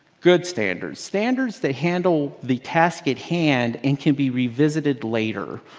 good standards. standards that handle the task at hand and can be revisited later.